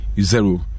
zero